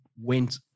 went